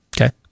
Okay